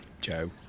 Joe